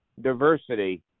diversity